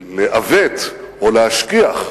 ולעוות, או להשכיח,